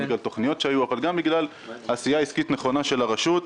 גם בגלל תוכניות שהיו אבל גם בגלל עשייה עסקית נכונה של הרשות המקומית.